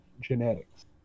genetics